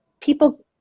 People